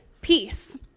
peace